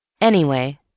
Anyway